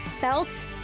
belts